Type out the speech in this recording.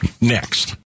next